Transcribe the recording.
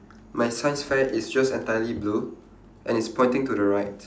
my science fair is just entirely blue and it's pointing to the right